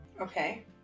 Okay